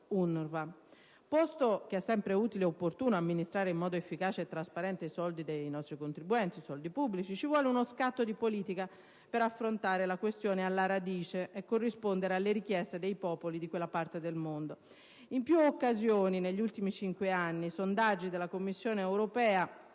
UNRWA. Posto che è sempre utile ed opportuno amministrare in modo efficace e trasparente i soldi dei nostri contribuenti (quindi i soldi pubblici), ci vuole uno scatto della politica per affrontare la questione alla radice e corrispondere alle richieste dei popoli di quella parte del mondo. In più occasioni, negli ultimi cinque anni, sondaggi della Commissione europea